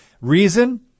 Reason